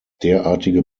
derartige